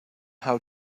how